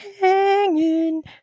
Hanging